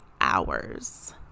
hours